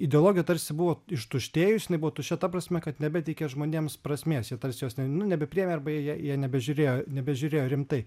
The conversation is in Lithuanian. ideologija tarsi buvo ištuštėjus jinai buvo tuščia ta prasme kad nebeteikė žmonėms prasmės jie tarsi jos nu nebepriėmė arba jie jie nebežiūrėjo nebežiūrėjo rimtai